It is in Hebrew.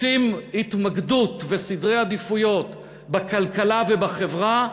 רוצים התמקדות וסדרי עדיפויות בכלכלה ובחברה?